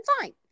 fine